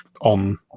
on